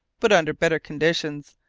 but under better conditions,